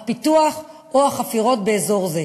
הפיתוח או החפירות באזור זה.